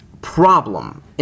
problem